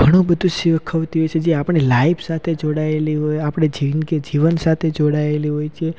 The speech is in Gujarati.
ઘણુંબધું શિખવતી હોય છે જે આપણી લાઈફ સાથે જોડાયેલી હોય આપણી જિંદગી જીવન સાથે જોડાયેલી હોય છે